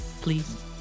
please